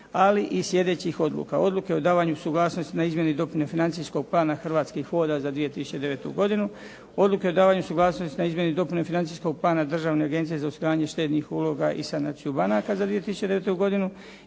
ali i sljedećih odluka. Odluke o davanju suglasnosti na izmjene i dopune Financijskog plana Hrvatskih voda za 2009. godinu, Odluke o davanju suglasnosti na izmjene i dopune Financijskog plana Državne agencije za osiguranje štednih uloga i sanaciju banaka za 2009. godinu